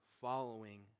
following